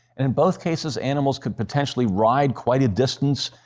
and in both cases, animals could potentially ride quite a distance.